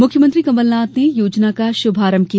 मुख्यमंत्री कमलनाथ ने योजना का श्मारंभ किया